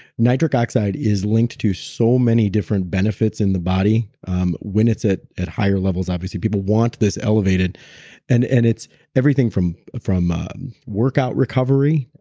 nitric oxide is linked to so many different benefits in the body um when it's at at higher levels obviously. people want this elevated and and it's everything from from um workout recovery.